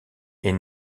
est